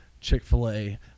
Chick-fil-A